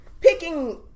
picking